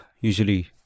usually